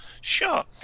Sure